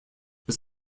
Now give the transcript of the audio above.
was